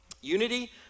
Unity